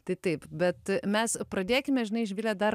tai taip bet mes pradėkime žinai živile dar